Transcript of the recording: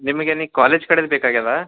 ನಿಮಗೆ ಏನಕ್ಕೆ ಕಾಲೇಜ್ ಕಡೆರ ಬೇಕಾಗ್ಯದ